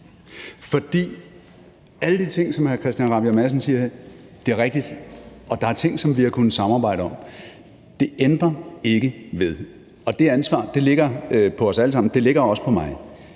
For alle de ting, som hr. Christian Rabjerg Madsen siger her, er jo rigtige, og der er ting, som vi har kunnet samarbejde om. Men det ændrer ikke ved, og det ansvar ligger hos os alle sammen, og det ligger også hos mig,